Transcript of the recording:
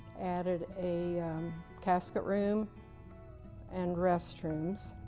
added a casket room and restrooms,